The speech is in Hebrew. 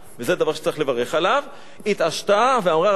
זה דבר שצריך לברך עליו ואמרה: רבותי,